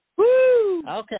okay